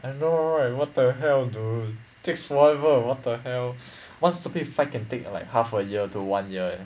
and you know right what the hell dude takes forever what the hell one stupid fight can take like half a year to one year